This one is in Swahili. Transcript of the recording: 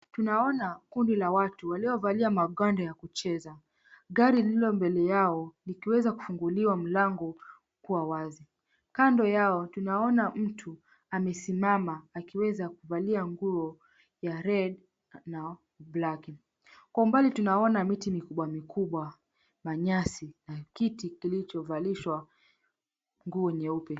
Tunaona kundi la watu waliovalia magwanda ya kucheza, gari lililo mbele yao likiweza kufunguliwa mlango kuwa wazi, kando yao tunaona mtu amesimama akiweza kuvalia nguo ya red]cs] na black . Kwa umbali tunaona miti mikubwa mikubwa manyasi na kiti kilichovalishwa nguo nyeupe.